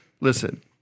listen